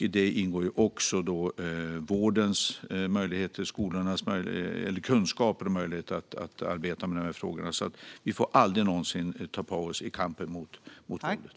I den ingår också vårdens och skolornas kunskaper och möjligheter att arbeta med de frågorna. Vi får aldrig någonsin ta paus i kampen mot våldet.